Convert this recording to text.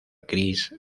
gris